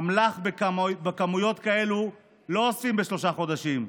אמל"ח בכמויות כאלה לא אוספים בשלושה חודשים,